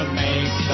make